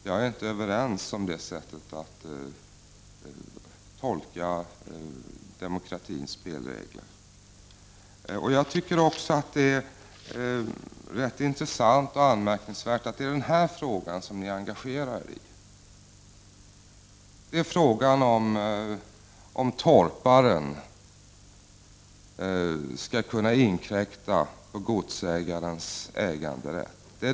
Jag accepterar inte det sättet att tolka demokratins spelregler. Det är också rätt intressant och anmärkningsvärt att det är den här frågan som ni är engagerade i, dvs. frågan om torparen skall kunna inkräkta på godsägarens äganderätt.